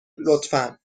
لطفا